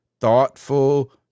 thoughtful